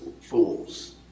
fools